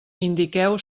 indiqueu